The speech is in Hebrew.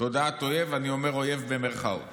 תודעת אויב, ואני אומר "אויב" במירכאות